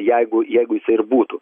jeigu jeigu jisai ir būtų